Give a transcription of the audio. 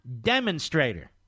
demonstrator